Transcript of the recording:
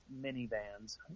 minivans